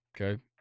Okay